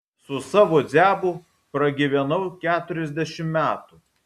su savo dziabu pragyvenau keturiasdešimt metų